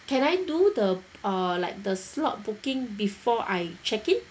can I do the uh like the slot booking before I check-in